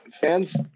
fans